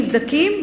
נבדקים,